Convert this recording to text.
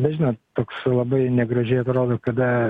nežinau toks labai negražiai atrodo kada